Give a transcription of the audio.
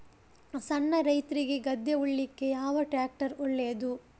ಸಣ್ಣ ರೈತ್ರಿಗೆ ಗದ್ದೆ ಉಳ್ಳಿಕೆ ಯಾವ ಟ್ರ್ಯಾಕ್ಟರ್ ಒಳ್ಳೆದು?